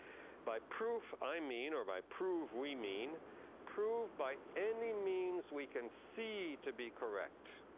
by proof, i mean, or by prove, we mean prove by any means we can see to be correct.